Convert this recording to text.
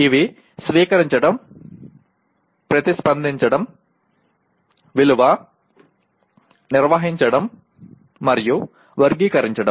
ఇవి స్వీకరించడం ప్రతిస్పందించడం విలువ నిర్వహించడం మరియు వర్గీకరించడం